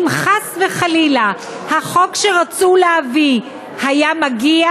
אם חס וחלילה החוק שרצו להביא היה מגיע,